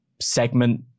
segment